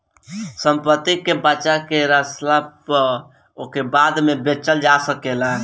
संपत्ति के बचा के रखला पअ ओके बाद में बेचल जा सकेला